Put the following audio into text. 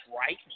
right